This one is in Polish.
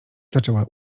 zaczęła